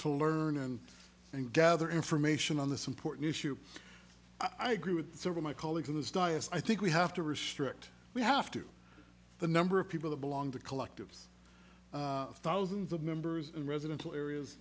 to learn and and gather information on this important issue i agree with several my colleagues in this diocese i think we have to restrict we have to the number of people that belong to collectives thousands of members in residential areas